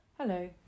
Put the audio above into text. Hello